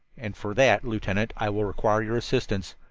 and for that, lieutenant, i will require your assistance.